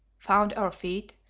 found our feet,